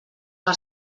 per